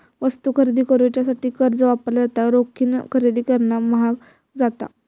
वस्तू खरेदी करुच्यासाठी कर्ज वापरला जाता, रोखीन खरेदी करणा म्हाग जाता